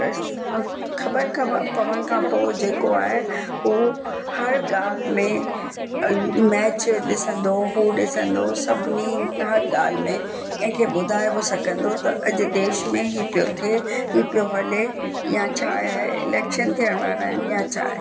ख़बर पवण खां पोइ जेको आहे हू हर ॻाल्हि में मैच ॾिसंदो हो फो ॾिसंदो सभिनी हर ॻाल्हि में कंहिंखे ॿुधाए बि सघंदो त अॼु देश में हीउ पियो थिए हीउ पियो हले या छा आहे इलैक्शन थियण वारा आहिनि या छा आहे